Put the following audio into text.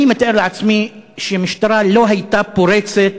אני מתאר לעצמי שהמשטרה לא הייתה פורצת